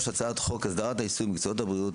3. הצעת חוק הסדר העיסוק במקצועות הבריאות